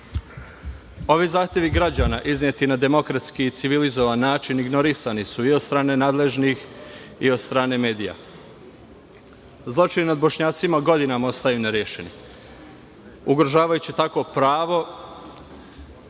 Ovi zahtevi građana izneti na demokratski i civilizovani način ignorisani su i od strane nadležnih, i od strane medija. Zločin nad Bošnjacima godinama ostaju nerešeni, ugrožavajući tako pravo